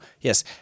yes